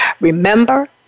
remember